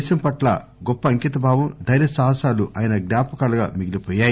దేశం పట్ల గొప్ప అంకితభావం దైర్యసాహసాలు ఆయన జ్ఞాపకాలుగా మిగిలిపోయాయి